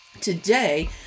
today